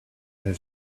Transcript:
his